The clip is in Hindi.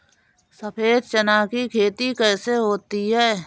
सफेद चना की खेती कैसे होती है?